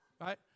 Right